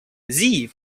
sie